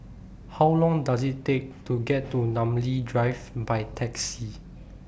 How Long Does IT Take to get to Namly Drive By Taxi